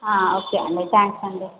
okay అండి thanks అండి